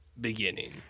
Beginning